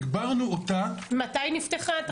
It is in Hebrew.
מתי היא נפתחה?